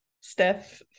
Steph